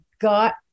got